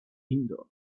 indoor